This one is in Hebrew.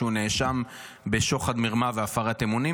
שנאשם בשוחד מרמה והפרת אמונים,